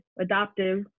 adoptive